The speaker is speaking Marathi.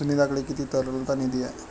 सुनीताकडे किती तरलता निधी आहे?